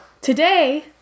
today